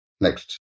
Next